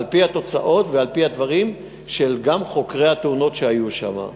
על-פי התוצאות ועל-פי הדברים גם של חוקרי התאונות שהיו שם.